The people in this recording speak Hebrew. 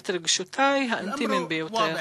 את רגשותי האינטימיים ביותר.